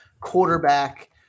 quarterback